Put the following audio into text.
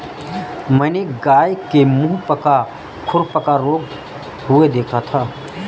मैंने एक गाय के मुहपका खुरपका रोग हुए देखा था